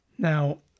Now